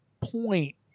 point